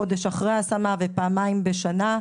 חודש אחרי השמה ופעמיים בשנה,